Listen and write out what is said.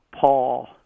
Paul